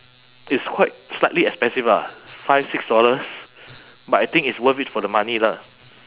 it's quite slightly expensive lah five six dollars but I think it's worth it for the money lah